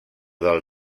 del